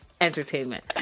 entertainment